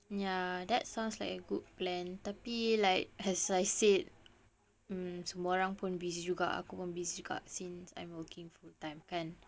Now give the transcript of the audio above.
ya that sounds like a good plan tapi like as I said mm semua orang pun busy aku pun busy juga since I'm looking full time